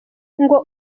ngo